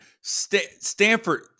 Stanford